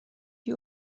die